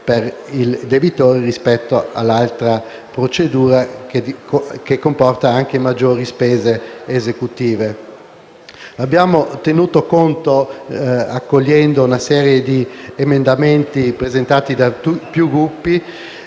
Abbiamo tenuto conto, accogliendo una serie di emendamenti presentati da più Gruppi,